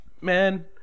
man